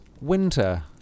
winter